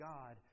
God